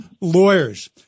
lawyers